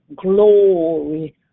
Glory